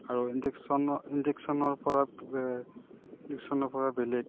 আৰু ইঞ্জেকশ্যন ইঞ্জেকশ্যনৰ পৰা বেলেগ